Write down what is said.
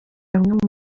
amwe